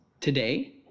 today